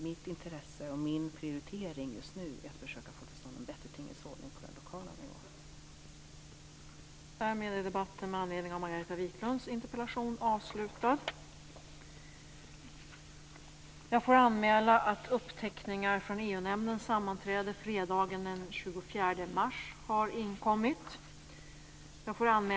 Mitt intresse och min prioritering just nu är att försöka få till stånd en bättre tingens ordning på den lokala nivån.